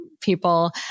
people